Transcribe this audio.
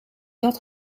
dat